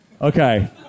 Okay